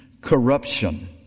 corruption